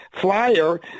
flyer